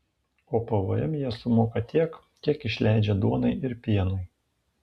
o pvm jie sumoka tiek kiek išleidžia duonai ir pienui